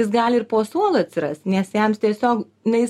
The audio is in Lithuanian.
jis gali ir po suolu atsirast nes jiems tiesiog na jis